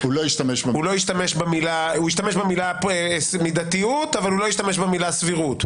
הוא ישתמש במילה מידתיות אבל הוא לא ישתמש במילה סבירות?